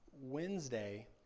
wednesday